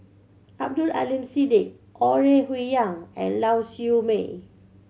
Abdul Aleem Siddique Ore Huiying and Lau Siew Mei